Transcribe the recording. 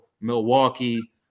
Milwaukee